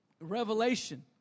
revelation